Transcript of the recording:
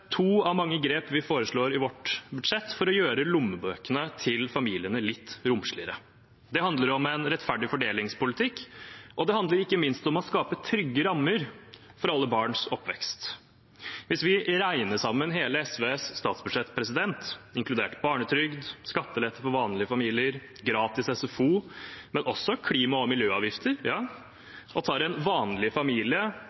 to av mange grep vi foreslår i vårt budsjett, for å gjøre lommebøkene til familiene litt romsligere. Det handler om en rettferdig fordelingspolitikk, og det handler ikke minst om å skape trygge rammer for alle barns oppvekst. Hvis vi regner sammen hele SVs statsbudsjett, inkludert barnetrygd, skattelette for vanlige familier, gratis SFO, men også klima- og miljøavgifter,